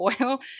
oil